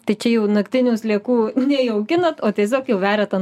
tai čia jau naktinių sliekų nei auginat o tiesiog jau veriat ant